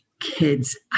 kids